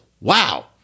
wow